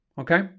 Okay